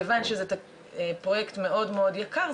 מכיוון שזה פרויקט מאוד יקר,